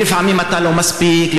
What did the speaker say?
ולפעמים אתה לא מספיק,